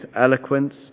eloquence